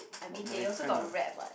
not my kinda